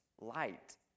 light